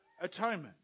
atonement